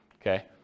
Okay